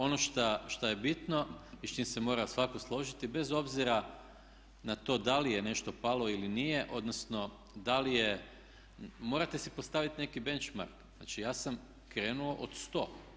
Ono šta je bitno i s čim se mora svatko složiti bez obzira na to da li je nešto palo ili nije, odnosno da li je, morate si postaviti neki … znači ja sam krenuo od 100.